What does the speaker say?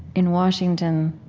in washington,